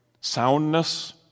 soundness